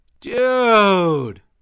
Dude